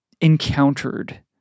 encountered